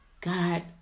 God